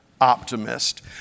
Optimist